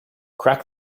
crack